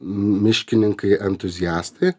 miškininkai entuziastai